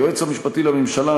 היועץ המשפטי לממשלה,